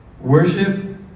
Worship